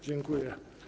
Dziękuję.